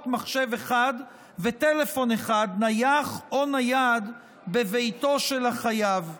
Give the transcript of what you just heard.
מחשב אחד וטלפון אחד נייח או נייד בביתו של החייב.